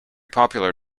popular